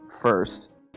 first